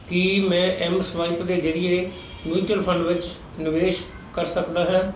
ਕੀ ਮੈਂ M swipe ਦੇ ਜ਼ਰੀਏ ਮਿਊਚਅਲ ਫੰਡ ਵਿੱਚ ਨਿਵੇਸ਼ ਕਰ ਸਕਦਾ ਹੈ